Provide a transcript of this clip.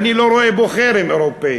אני לא רואה פה חרם אירופי.